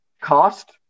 Cost